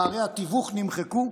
פערי התיווך נמחקו?